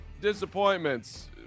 disappointments